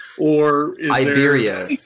Iberia